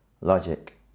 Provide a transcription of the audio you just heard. Logic